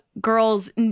girls